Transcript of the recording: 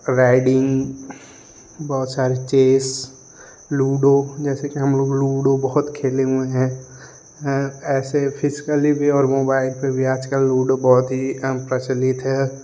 riding बहुत सारे chess ludo जैसे कि हमलोग लूडो बहुत खेले हुए हैं ऐसे और मोबाइल पर भी आजकल लूडो बहुत ही प्रचलित है